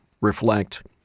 reflect